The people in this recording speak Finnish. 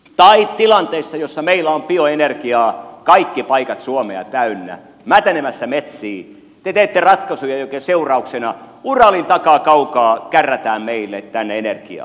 tai tilanteissa joissa meillä on bioenergiaa kaikki paikat suomessa täynnä mätänemässä metsiin te teette ratkaisuja joiden seurauksena uralin takaa kaukaa kärrätään meille tänne energiaa